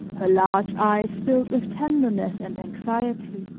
her large eyes filled with tenderness and anxiety